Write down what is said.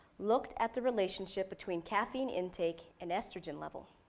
looked at the relationship between caffeine intake and estrogen level.